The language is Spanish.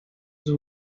sus